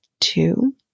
two